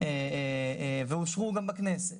ואושרו גם בכנסת,